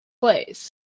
plays